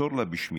מסור לה בשמי,